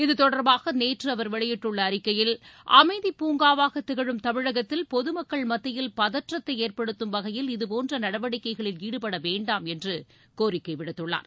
இது தொடர்பாக நேற்று அவர் வெளியிட்டுள்ள அறிக்கையில் அமைதிப் பூங்காவாக திகழும் தமிழகத்தில் பொதுமக்கள் மத்தியில் பதற்றத்தை ஏற்படுத்தும் வகையில் இதுபோன்ற நடவடிக்கைகளில் ஈடுபட வேண்டாம் என்று கோரிக்கை விடுத்துள்ளார்